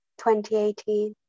2018